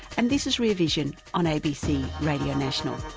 and this is rear vision on abc radio national.